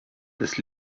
das